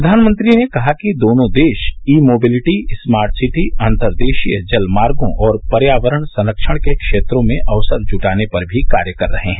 प्रधानमंत्री ने कहा कि दोनों देश ई मोबिलिटी स्मार्ट सिटी अंतर्देशीय जल मार्गो और पर्यावरण संरक्षण के क्षेत्रों में अवसर जुटाने पर भी कार्य कर रहे हैं